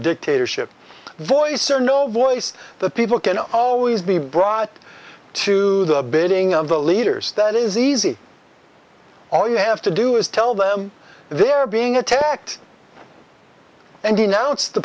dictatorship voice or no voice the people can always be brought to the bidding of the leaders that is easy all you have to do is tell them they're being attacked and